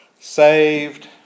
saved